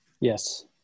Yes